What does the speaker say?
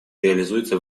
реализуется